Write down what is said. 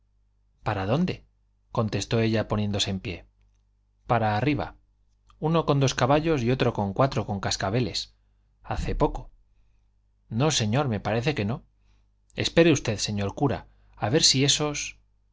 para dónde contestó ella poniéndose en pie para arriba uno con dos caballos y otro con cuatro con cascabeles hace poco no señor me parece que no espere usted señor cura a ver si esos